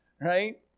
right